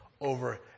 over